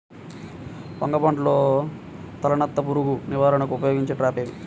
వంగ పంటలో తలనత్త పురుగు నివారణకు ఉపయోగించే ట్రాప్ ఏది?